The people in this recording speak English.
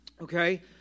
okay